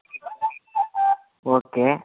okay